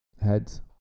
Heads